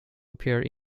appeared